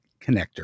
Connector